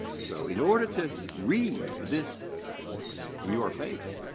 so in order to read this in your favor,